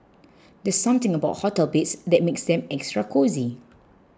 there's something about hotel beds that makes them extra cosy